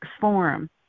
Forum